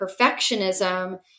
perfectionism